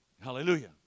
Hallelujah